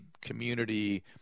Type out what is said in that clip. community